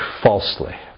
falsely